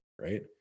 right